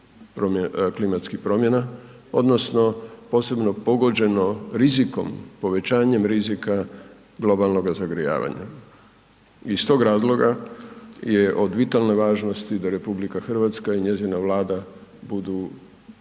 klimatskih promjena odnosno posebno pogođeno rizikom, povećanjem rizika globalnoga zagrijavanja. Iz tog razloga je od vitalne važnosti da RH i njezina Vlada budu